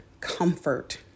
comfort